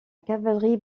cavalerie